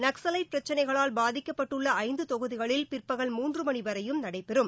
நக்சலைட் பிரச்சினைகளால் பாதிக்கப்பட்டுள்ள ஐந்து தொகுதிகளில் பிற்பகல் மூன்று மணி வரையும் நடைபெறும்